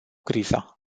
criza